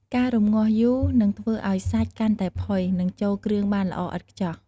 ការរម្ងាស់យូរនឹងធ្វើឱ្យសាច់កាន់តែផុយ និងចូលគ្រឿងបានល្អឥតខ្ចោះ។